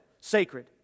sacred